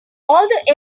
although